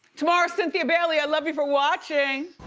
tomorrow, cynthia bailey. i love you for watching.